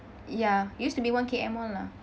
ya used to be one K_M mall lah